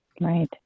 Right